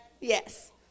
Yes